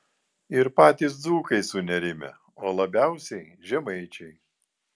ir patys dzūkai sunerimę o labiausiai žemaičiai